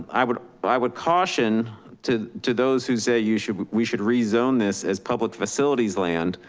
i would but i would caution to to those who say you should, we should rezone this as public facilities land,